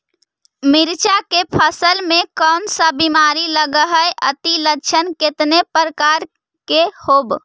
मीरचा के फसल मे कोन सा बीमारी लगहय, अती लक्षण कितने प्रकार के होब?